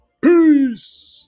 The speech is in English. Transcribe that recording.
Peace